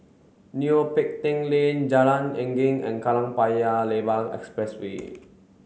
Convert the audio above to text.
Neo Pee Teck Lane Jalan Geneng and Kallang Paya Lebar Expressway